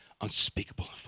unspeakable